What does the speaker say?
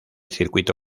circuito